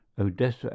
Odessa